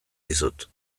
dizut